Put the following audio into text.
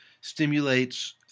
stimulates